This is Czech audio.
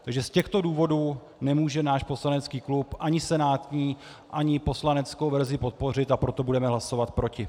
Takže z těchto důvodů nemůže náš poslanecký klub ani senátní, ani poslaneckou verzi podpořit, a proto budeme hlasovat proti.